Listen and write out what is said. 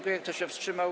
Kto się wstrzymał?